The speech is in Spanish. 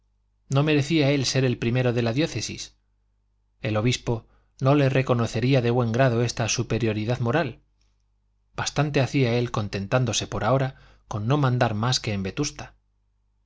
no merecía él ser el primero de la diócesis el obispo no le reconocía de buen grado esta superioridad moral bastante hacía él contentándose por ahora con no mandar más que en vetusta